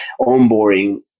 onboarding